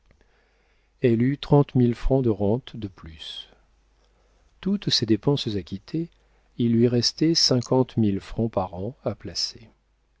elle eut trente mille francs de rentes de plus toutes ses dépenses acquittées il lui restait cinquante mille francs par an à placer